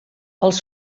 els